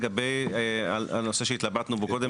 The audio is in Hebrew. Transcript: לגבי הנושא שהתבלטנו בו קודם,